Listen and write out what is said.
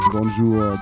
Bonjour